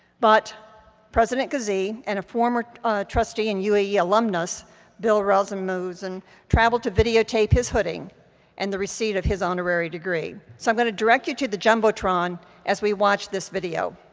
but president kazee and a former trustee and ue ah yeah alumnus bill rasmussen and traveled to videotape his hooding and the receipt of his honorary degree. so i'm gonna direct you to the jumbotron as we watch this video.